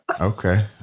Okay